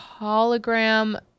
hologram